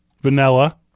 Vanilla